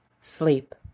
sleep